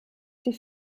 die